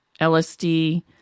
LSD